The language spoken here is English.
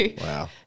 Wow